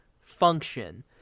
function